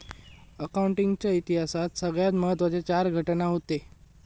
accounting च्या इतिहासात सगळ्यात महत्त्वाचे चार घटना हूते